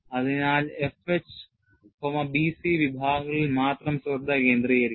അതിനാൽ FH BC വിഭാഗങ്ങളിൽ മാത്രം ശ്രദ്ധ കേന്ദ്രീകരിക്കണം